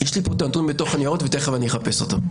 יש לי את הנתון בניירות, תיכף אחפש אותו.